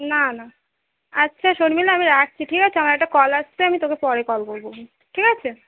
না না আচ্ছা শর্মিলা আমি রাখছি ঠিক আছে আমার একটা কল আসছে আমি তোকে পরে কল করবো হুম ঠিক আছে